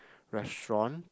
restaurant